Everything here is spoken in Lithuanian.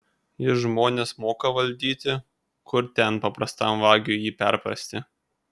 jis žmones moka valdyti kur ten paprastam vagiui jį perprasti